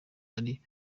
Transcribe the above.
ari